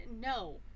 No